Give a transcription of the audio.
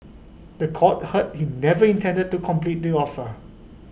The Court heard he never intended to complete the offer